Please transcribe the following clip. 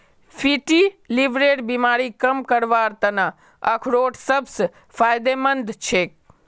fatty लीवरेर बीमारी कम करवार त न अखरोट सबस फायदेमंद छेक